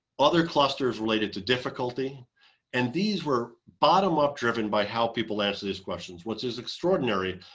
other clusters related to difficulty and these were bottom up, driven by how people answer these questions. what's is extraordinary,